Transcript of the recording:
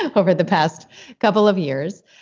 ah over the past couple of years.